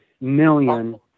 million